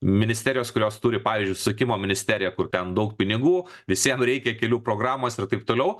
ministerijos kurios turi pavyzdžiui susisiekimo ministerija kur ten daug pinigų visiem reikia kelių programos ir taip toliau